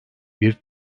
bir